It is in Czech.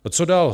A co dál?